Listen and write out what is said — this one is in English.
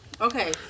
okay